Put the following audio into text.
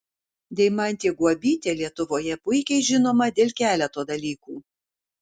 deimantė guobytė lietuvoje puikiai žinoma dėl keleto dalykų